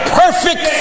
perfect